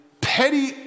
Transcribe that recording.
petty